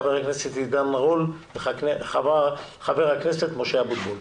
חבר הכנסת עידן רול וחבר הכנסת משה אבוטבול.